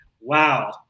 Wow